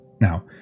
Now